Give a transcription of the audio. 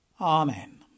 Amen